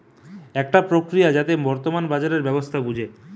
একটা প্রক্রিয়া যাতে বর্তমান বাজারের ব্যবস্থা বুঝে